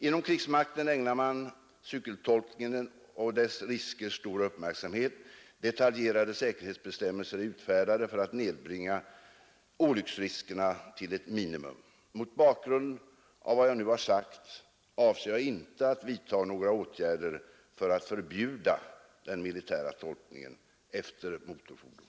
Inom krigsmakten ägnar man cykeltolkningen och dess risker stor uppmärksamhet. Detaljerade säkerhetsbestämmelser är utfärdade för att nedbringa olycksriskerna till ett minimum. Mot bakgrund av vad jag nu har sagt avser jag inte att vidta några rder för att förbjuda den militära tolkningen efter motorfordon.